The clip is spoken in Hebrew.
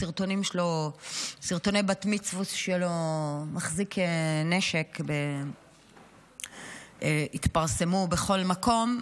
שסרטוני הבת-מצווש שלו מחזיק נשק התפרסמו בכל מקום,